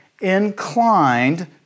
inclined